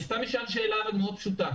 סתם אשאל שאלה מאוד פשוטה: